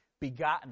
begotten